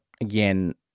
again